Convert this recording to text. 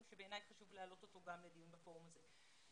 שבעיני חשוב להעלות אותו לדיון בפורום הזה.